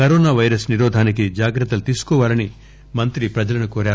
corona virus నిరోధానికి జాగ్రత్తలు తీసుకోవాలని ప్రజలను కోరారు